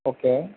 okay